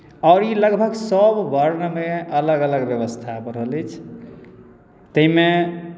आओर ई लगभग सभवर्णमे अलग अलग व्यवस्था बनल अछि ताहिमे